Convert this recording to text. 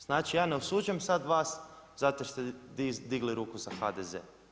Znači ja ne osuđujem sada vas zato što ste digli ruku za HDZ.